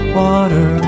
water